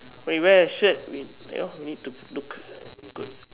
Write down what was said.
when you wear a shirt we you know we need to look good